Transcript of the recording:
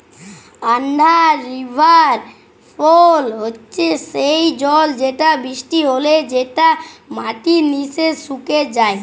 under river flow হচ্যে সেই জল যেটা বৃষ্টি হলে যেটা মাটির নিচে সুকে যায়